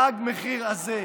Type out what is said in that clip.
תג המחיר הזה,